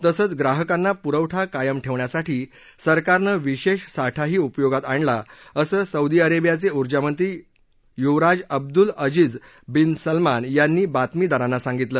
तसंच ग्राहकांना पुरवठा कायम ठेवण्यासाठी सरकारनं विशेष साठाही उपयोगात आणला असं सौदी अरेबियाचे ऊर्जामंत्री युवराज अब्दुल अज्ञीज्ञ बिन सलमान यांनी बातमीदारांना सांगितलं